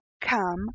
come